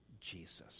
Jesus